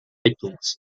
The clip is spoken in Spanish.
itunes